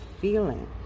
feeling